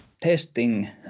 testing